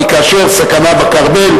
כי כאשר יש סכנה בכרמל,